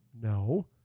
No